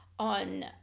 On